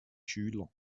schüler